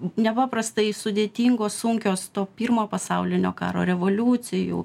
nepaprastai sudėtingos sunkios to pirmo pasaulinio karo revoliucijų